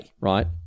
right